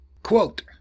Quote